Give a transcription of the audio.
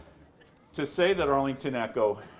to say that arlington echo